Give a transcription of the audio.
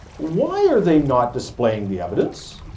why are they not displaying the evidence?